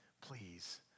please